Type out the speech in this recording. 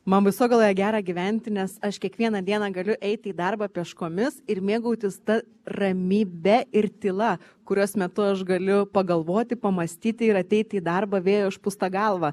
man baisogaloj gera gyventi nes aš kiekvieną dieną galiu eiti į darbą pėškomis ir mėgautis ta ramybe ir tyla kurios metu aš galiu pagalvoti pamąstyti ir ateiti į darbą vėjo išpūsta galva